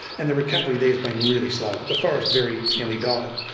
and the recovery there has been really slow, the forest very nearly died.